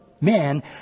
man